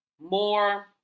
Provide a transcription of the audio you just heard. more